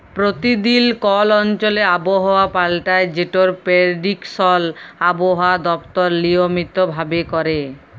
পরতিদিল কল অঞ্চলে আবহাওয়া পাল্টায় যেটর পেরডিকশল আবহাওয়া দপ্তর লিয়মিত ভাবে ক্যরে